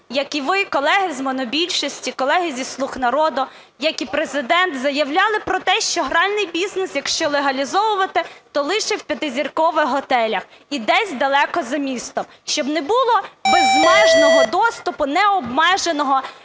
як ви, колеги з монобільшості, колеги зі "Слуги народу", як і Президент, заявляли про те, що гральний бізнес, якщо реалізовувати, то лише в п'ятизіркових готелях і десь далеко за містом, щоб не було безмежного доступу, необмеженого,